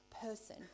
person